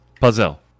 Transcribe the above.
Puzzle